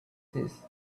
faces